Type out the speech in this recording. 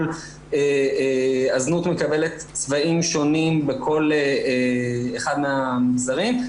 כל הזנות מקבלת צבעים שונים בכל אחד מהמגזרים.